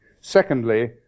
Secondly